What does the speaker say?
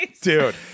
dude